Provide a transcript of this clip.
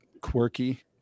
quirky